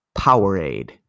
Powerade